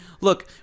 Look